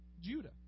Judah